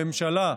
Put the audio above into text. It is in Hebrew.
הממשלה,